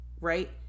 right